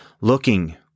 looking